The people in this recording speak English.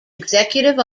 executive